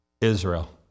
Israel